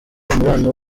umubano